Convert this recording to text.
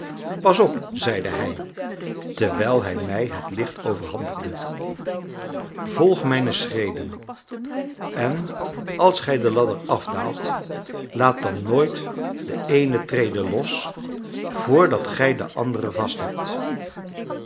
pas op zeide hij terwijl hij mij het licht overhandigde volg mijne schreden en als gij de ladder afdaalt laat dan nooit de eene trede los vr dat gij een andere